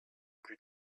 plus